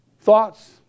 Thoughts